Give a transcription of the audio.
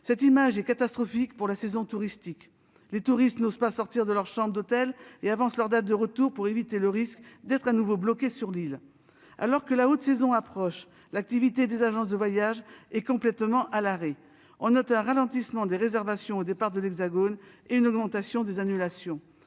une image catastrophique au regard de la saison touristique. Les touristes n'osent pas sortir de leur chambre d'hôtel et avancent leur date de retour pour éviter le risque d'être de nouveau bloqués sur l'île. Alors que la haute saison approche, l'activité des agences de voyages est complètement à l'arrêt. On note un ralentissement des réservations au départ de l'Hexagone et une augmentation des annulations.